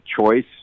choice